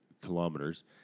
kilometers